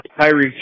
Tyreek